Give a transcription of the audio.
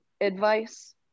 advice